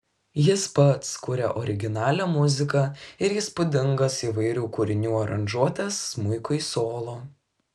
jis pats kuria originalią muziką ir įspūdingas įvairių kūrinių aranžuotes smuikui solo